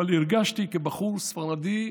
הרגשתי, כבחור ספרדי,